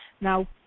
Now